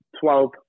Twelve